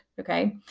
Okay